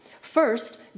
First